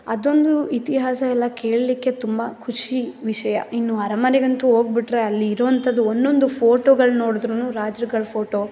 ಅದೊಂದು ಇತಿಹಾಸಯೆಲ್ಲ ಕೇಳಲಿಕ್ಕೆ ತುಂಬ ಖುಷಿ ವಿಷಯ ಇನ್ನು ಅರಮನೆಗಂತೂ ಹೋಗ್ಬುಟ್ರೆ ಅಲ್ಲಿ ಇರುವಂಥದ್ದು ಒಂದೊಂದು ಫೋಟೋಗಳ್ನ ನೋಡ್ದ್ರು ರಾಜ್ರುಗಳ ಫೋಟೋ